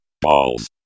Balls